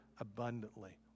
abundantly